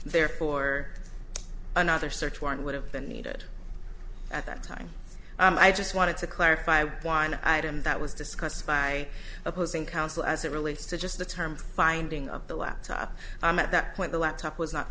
therefore another search warrant would have been needed at that time i just wanted to clarify one item that was discussed by opposing counsel as it relates to just the term finding of the laptop at that point the laptop was not